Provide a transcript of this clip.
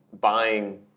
Buying